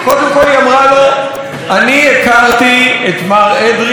אני הכרתי את מר אדרי לאחר שנכנסתי לתפקידי.